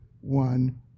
one